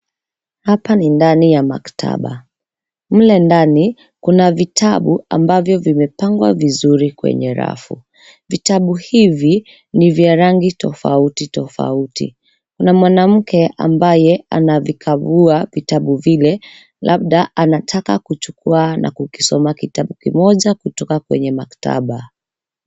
Hapa ni ndani ya maktaba. Mle ndani kuna vitabu ambavyo vimepangwa vizuri kwenye rafu. Vitabu hivi ni vya rangi tofauti, tofauti. Kuna mwanamke ambaye anavikagua vitabu vile labda anataka kuchukua na kukisoma kitabu kimoja kutoka kwenye maktaba.